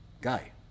guy